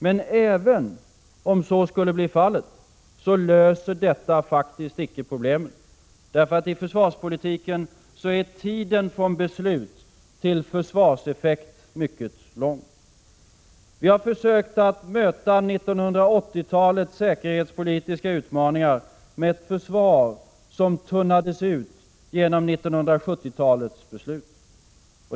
Men även om så skulle bli fallet, löser detta icke problemen. I försvarspolitiken är tiden från beslut till försvarseffekt mycket lång. Vi har försökt att möta 1980-talets säkerhetspolitiska utmaningar med ett försvar som tunnades ut genom 1970-talets beslut.